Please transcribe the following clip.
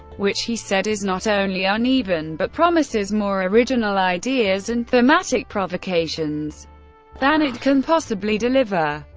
which, he said, is not only uneven, but promises more original ideas and thematic provocations than it can possibly deliver.